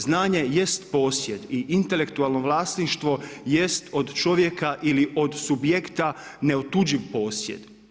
Znanje jest posjed i intelektualno vlasništvo jest od čovjeka ili od subjekta neotuđiva posjed.